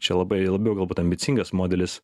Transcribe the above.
čia labai labiau galbūt ambicingas modelis